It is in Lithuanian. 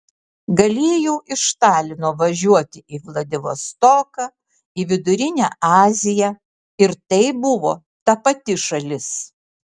galėjau iš talino važiuoti į vladivostoką į vidurinę aziją ir tai buvo ta pati šalis